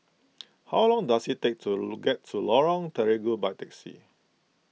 how long does it take to get to Lorong Terigu by taxi